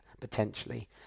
potentially